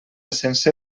sense